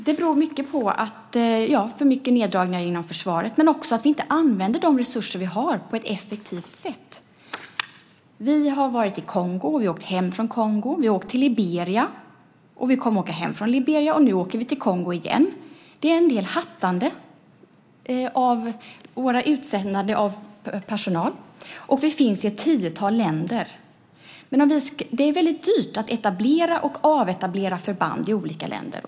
Det beror mycket på för stora neddragningar inom försvaret men också på att vi inte använder de resurser vi har på ett effektivt sätt. Vi har varit i Kongo. Vi har åkt hem från Kongo. Vi har åkt till Liberia. Och vi kommer att åka hem från Liberia. Och nu åker vi till Kongo igen. Det är en del hattande med vårt utsändande av personal, och vi finns i ett tiotal länder. Det är väldigt dyrt att etablera och avetablera förband i olika länder.